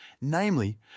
Namely